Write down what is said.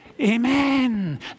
Amen